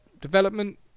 development